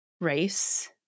race